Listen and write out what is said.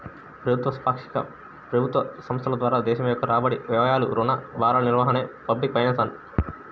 ప్రభుత్వ, పాక్షిక ప్రభుత్వ సంస్థల ద్వారా దేశం యొక్క రాబడి, వ్యయాలు, రుణ భారాల నిర్వహణే పబ్లిక్ ఫైనాన్స్